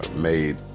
made